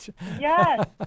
Yes